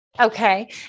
Okay